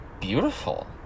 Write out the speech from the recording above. beautiful